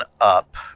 up